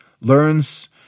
learns